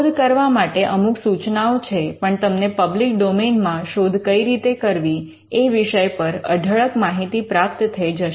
શોધ કરવા માટે અમુક સૂચનાઓ છે પણ તમને પબ્લિક ડોમેઇન માં શોધ કઈ રીતે કરવી એ વિષય પર અઢળક માહિતી પ્રાપ્ત થઈ જશે